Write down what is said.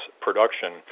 production